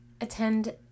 attend